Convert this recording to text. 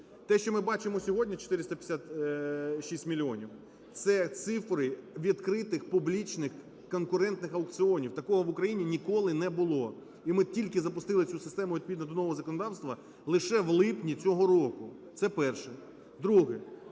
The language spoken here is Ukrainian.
Те, що ми бачимо сьогодні, 456 мільйонів – це цифри відкритих, публічних, конкурентних аукціонів. Такого в Україні ніколи не було. І ми тільки запустили цю систему відповідно до нового законодавства лише в липні цього року. Це перше. Друге.